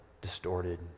distorted